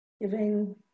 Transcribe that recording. giving